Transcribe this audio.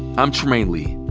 i'm trymaine lee.